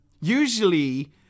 Usually